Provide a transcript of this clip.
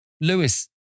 Lewis